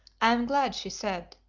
am glad, she said,